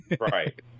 right